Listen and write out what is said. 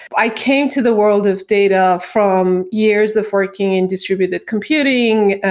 i came to the world of data from years of working in distributed computing,